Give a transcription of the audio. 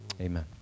amen